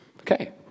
Okay